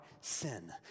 sin